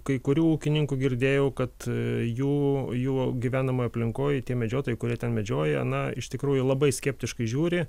kai kurių ūkininkų girdėjau kad jų jų gyvenamoj aplinkoj tie medžiotojai kurie ten medžioja na iš tikrųjų labai skeptiškai žiūri